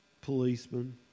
policemen